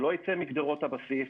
שלא יצא מגדרות הבסיס,